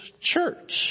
church